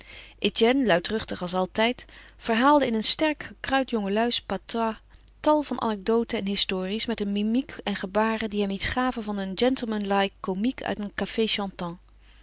etienne luidruchtig als altijd verhaalde in een sterk gekruid jongeluis patois tal van anecdoten en histories met een mimiek en gebaren die hem iets gaven van een gentlemanlike comiek uit